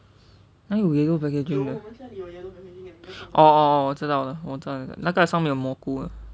哪里有 yellow packaging 的 oh oh oh 我知道了知道了那个上面有蘑菇的